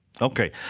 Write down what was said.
Okay